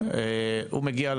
הוא מגיע,